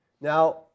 Now